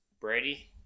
Brady